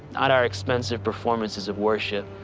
not our expensive performances of worship.